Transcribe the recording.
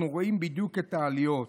אנחנו רואים בדיוק את העליות.